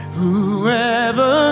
whoever